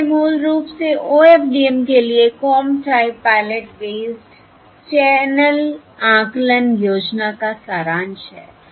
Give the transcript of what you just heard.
तो यह मूल रूप से OFDM के लिए comb type pilot based channel आकलन योजना का सारांश है